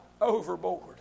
overboard